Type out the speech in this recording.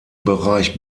bereich